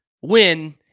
win